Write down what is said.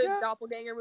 doppelganger